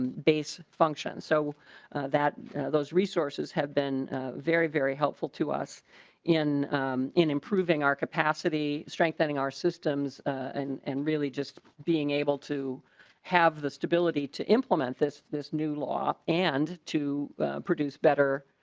and base function so that those resources have been a very very helpful to us in in improving our capacity strengthening our systems and and really just being able to have the stability to implement this this new law and to produce better.